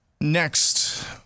Next